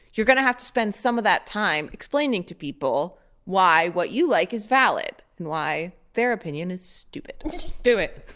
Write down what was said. you're going to have to spend some of that time explaining to people why what you like is valid and why their opinion is stupid do it